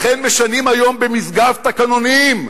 לכן משנים היום במשגב תקנונים,